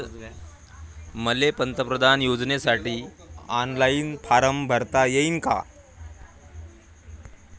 मले पंतप्रधान योजनेसाठी ऑनलाईन फारम भरता येईन का?